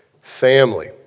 family